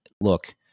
look